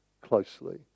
closely